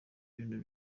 bintu